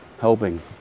helping